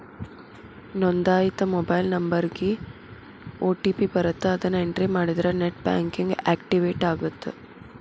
ನೋಂದಾಯಿತ ಮೊಬೈಲ್ ನಂಬರ್ಗಿ ಓ.ಟಿ.ಪಿ ಬರತ್ತ ಅದನ್ನ ಎಂಟ್ರಿ ಮಾಡಿದ್ರ ನೆಟ್ ಬ್ಯಾಂಕಿಂಗ್ ಆಕ್ಟಿವೇಟ್ ಆಗತ್ತ